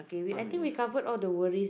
what we have